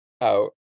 out